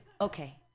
okay